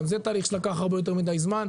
גם זה תהליך שלקח הרבה יותר מדי זמן.